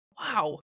wow